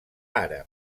àrab